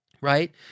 right